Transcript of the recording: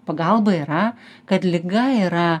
pagalba yra kad liga yra